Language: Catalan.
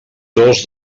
dos